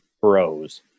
bros